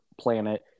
planet